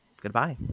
Goodbye